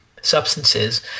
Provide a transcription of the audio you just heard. substances